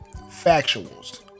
factuals